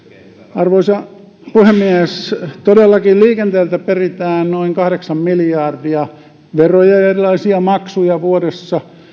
arvoisa puhemies todellakin liikenteeltä peritään noin kahdeksan miljardia veroja ja erilaisia maksuja vuodessa